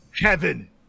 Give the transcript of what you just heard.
Heaven